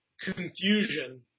confusion